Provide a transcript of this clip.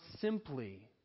simply